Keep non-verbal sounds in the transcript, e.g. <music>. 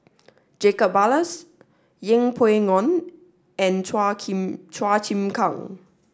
Jacob Ballas Yeng Pway Ngon and Chua <unintelligible> Chua Chim Kang